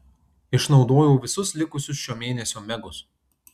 išnaudojau visus likusius šio mėnesio megus